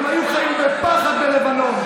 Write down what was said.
הם היו חיים בפחד בלבנון,